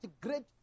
great